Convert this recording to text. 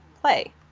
play